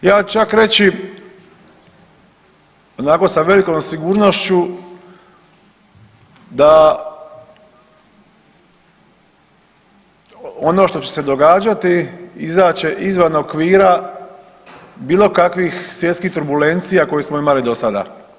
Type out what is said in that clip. Ja ću čak reći, onako sa velikom sigurnošću da ono što će se događati, izaći će izvan okvira bilo kakvih svjetskih turbulencija koje smo imali do sada.